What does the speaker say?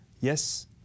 Yes